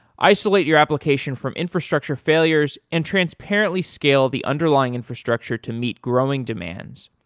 isolate your application from infrastructure failures and transparently scale the underlying infrastructure to meet growing demands,